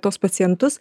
tuos pacientus